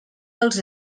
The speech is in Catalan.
dels